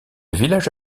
village